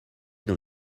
dans